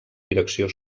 direcció